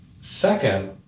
Second